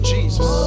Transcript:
Jesus